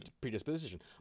predisposition